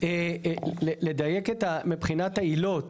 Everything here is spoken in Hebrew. לדייק מבחינת העילות.